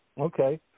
Okay